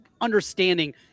understanding